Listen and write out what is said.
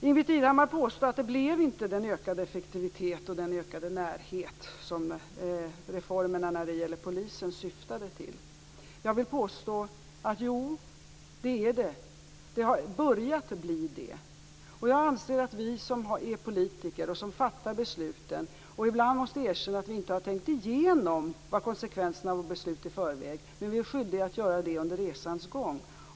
Ingbritt Irhammar påstår att den ökade effektivitet och ökade närhet som reformerna som gällde polisen syftade till aldrig kom. Jag vill påstå att de kom - de har börjat komma. Jag anser att vi som är politiker, som fattar besluten och som ibland måste erkänna att vi inte har tänkt igenom konsekvenserna av våra beslut i förväg är skyldiga att göra det under resans gång.